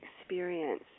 experience